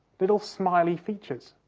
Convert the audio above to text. little smiley features.